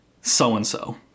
so-and-so